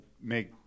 make